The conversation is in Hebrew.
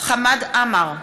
חמד עמאר,